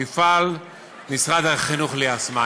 יפעל משרד החינוך ליישמה.